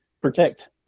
protect